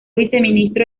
viceministro